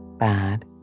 bad